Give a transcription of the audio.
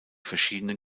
verschiedenen